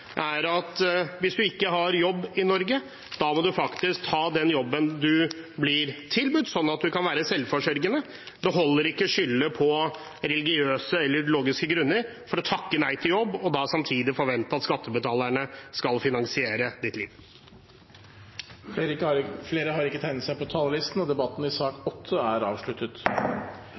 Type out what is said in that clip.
at hvis du ikke har jobb i Norge, må du faktisk ta den jobben du blir tilbudt, sånn at du kan være selvforsørgende. Det holder ikke å skylde på religiøse eller ideologiske grunner for å takke nei til en jobb og samtidig forvente at skattebetalerne skal finansiere ditt liv. Flere har ikke bedt om ordet til sak nr. 8. Etter ønske fra arbeids- og sosialkomiteen vil presidenten ordne debatten